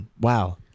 Wow